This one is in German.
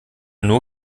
nur